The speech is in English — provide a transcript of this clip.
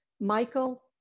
Michael